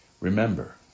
Remember